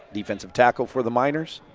defensive tackle for the miners.